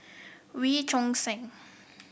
Wee Choon Seng